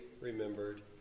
remembered